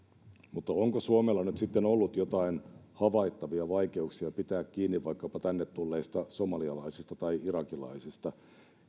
mutta onko suomella nyt sitten ollut joitain havaittavia vaikeuksia pitää kiinni vaikkapa tänne tulleista somalialaisista tai irakilaisista